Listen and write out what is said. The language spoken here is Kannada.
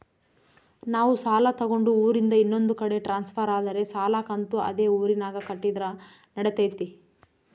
ನಾವು ಸಾಲ ತಗೊಂಡು ಊರಿಂದ ಇನ್ನೊಂದು ಕಡೆ ಟ್ರಾನ್ಸ್ಫರ್ ಆದರೆ ಸಾಲ ಕಂತು ಅದೇ ಊರಿನಾಗ ಕಟ್ಟಿದ್ರ ನಡಿತೈತಿ?